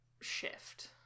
shift